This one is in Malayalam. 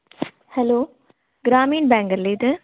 ഹലോ ഗ്രാമീൺ ബാങ്ക് അല്ലേ ഇത്